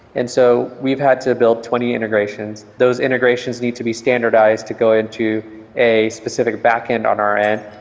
and so we've had to build twenty integrations. those integrations need to be standardized to go into a specific backend on our end.